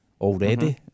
already